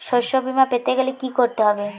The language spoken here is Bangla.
শষ্যবীমা পেতে গেলে কি করতে হবে?